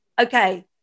okay